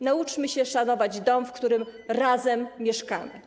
Nauczmy się szanować dom, w którym razem mieszkamy.